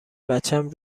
بچم